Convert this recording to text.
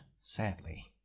sadly